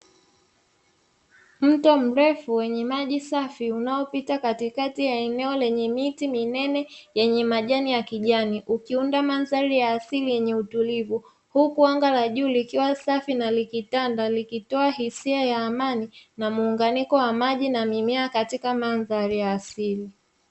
Mto mrefu wenye maji safi unaopita katikati ya miti minene yenye manani ya kijani ukiunda mandhari ya asili yenye utulivu, huku anga la juu likiwa safi na likitanda likitoa hali ya amani na utulivu na muunganiko wa maji na mimea katika mandhari ya asili.